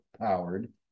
powered